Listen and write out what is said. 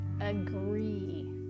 agree